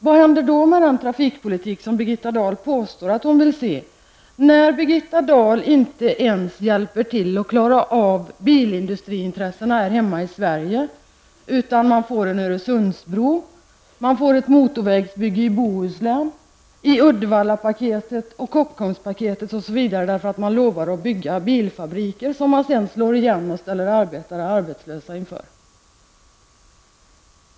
Hur blir det då med den trafikpolitik som Birgitta Dahl påstår att hon vill föra? Birgitta Dahl hjälper ju inte ens till att klara av bilindustriintressena här i Sverige, utan vi får en Uddevalla-paket, Kockums-paket osv. Man lovar att bygga bilfabriker som sedan slås igen och ställer arbetare arbetslösa.